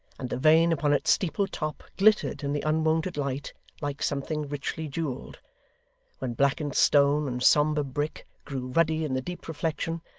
and the vane upon its steeple-top glittered in the unwonted light like something richly jewelled when blackened stone and sombre brick grew ruddy in the deep reflection,